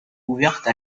ouverte